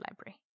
Library